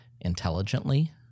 intelligently